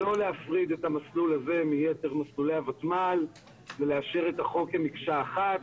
לא להפריד את המסלול הזה מיתר מסלולי הותמ"ל ולאפשר את החוק כמקשה אחת.